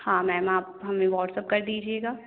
हाँ मैम आप हमें व्हाट्सअप कर दीजिएगा